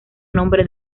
nombre